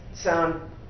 sound